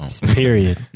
Period